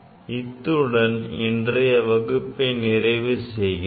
இத்துடன் இன்றைய வகுப்பை நிறைவு செய்கிறேன்